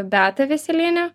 beata veseliene